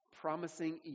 promising